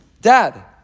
dad